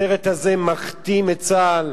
הסרט הזה מכתים את צה"ל,